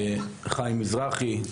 חיים מזרחי,